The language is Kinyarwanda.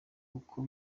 uko